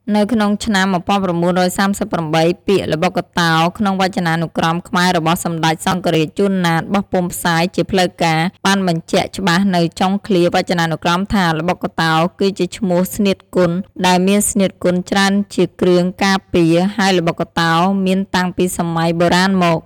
នៅក្នុងឆ្នាំ ១៩៣៨ ពាក្យ "ល្បុក្កតោ " ក្នុងវចនានុក្រមខ្មែររបស់សម្ដេចសង្ឃរាជ ជួន ណាត បោះពុម្ពផ្សាយជាផ្លូវការណ៍ បានបញ្ចាក់ច្បាស់នៅចុងឃ្លាវចនានុក្រមថា ល្បុក្កតោ គឺជាឈ្មោះស្នៀតគុន ដែលមានស្នៀតគុនច្រើនជាគ្រឿងការពារ ហើយល្បុក្កតោ មានតាំងពីសម័យបុរាណមក ។